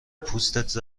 پوستت